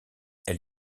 elle